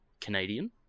Canadian